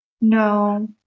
No